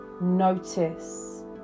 Notice